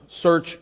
search